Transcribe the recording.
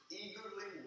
eagerly